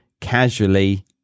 casually